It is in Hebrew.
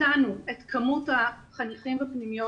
הקטנו את כמות החניכים בפנימיות.